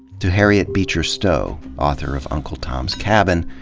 to harriet beecher stowe, author of uncle tom's cabin,